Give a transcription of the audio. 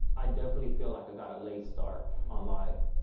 i definitely feel like i got a late start on life.